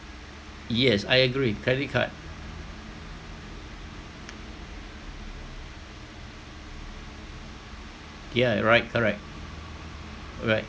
yes I agree credit card yeah right correct right